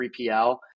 3PL